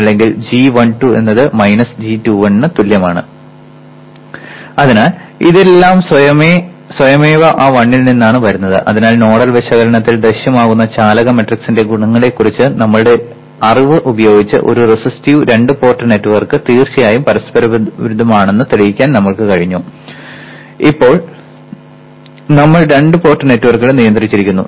അല്ലെങ്കിൽ g12 എന്നത് g21 ന് തുല്യമാണ് അതിനാൽ ഇതെല്ലാം സ്വയമേവ ആ 1 ൽ നിന്നാണ് വരുന്നത് അതിനാൽ നോഡൽ വിശകലനത്തിൽ ദൃശ്യമാകുന്ന ചാലക മാട്രിക്സിന്റെ ഗുണങ്ങളെക്കുറിച്ചുള്ള നമ്മളുടെ അറിവ് ഉപയോഗിച്ച് ഒരു റെസിസ്റ്റീവ് രണ്ട് പോർട്ട് നെറ്റ്വർക്ക് തീർച്ചയായും പരസ്പരവിരുദ്ധമാണെന്ന് തെളിയിക്കാൻ നമ്മൾക്ക് കഴിയും നമ്മൾ രണ്ട് പോർട്ട് നെറ്റ്വർക്കുകളെ നിയന്ത്രിച്ചിരിക്കുന്നു